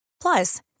Plus